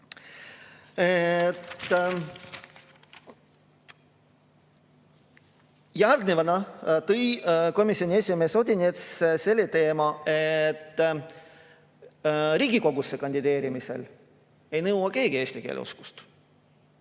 Järgnevalt tõstatas komisjoni esimees Odinets selle teema, et Riigikogusse kandideerimisel ei nõua keegi eesti keele oskust.